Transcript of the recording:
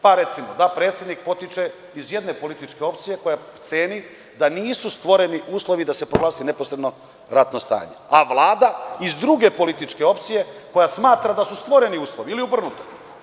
Pa, recimo, da predsednik potiče iz jedne političke opcije koja ceni da nisu stvoreni uslovi da se proglasi neposredno ratno stanje, a Vlada iz druge političke opcije koja smatra da su stvoreni uslovi ili obrnuto.